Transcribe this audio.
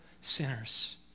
sinners